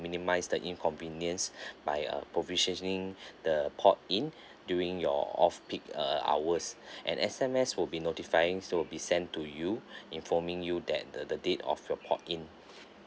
minimise the inconvenience by uh provisioning the port in during your off peak err hours an S_M_S would be notifying so would be sent to you informing you that the the date of your port in